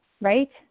right